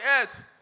earth